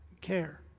care